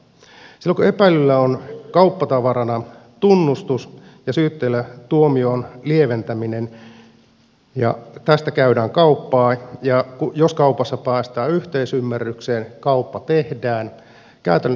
silloin kun epäillyllä on kauppatavarana tunnustus ja syyttäjällä tuomion lieventäminen ja tästä käydään kauppaa niin jos kaupassa päästään yhteisymmärrykseen kauppa tehdään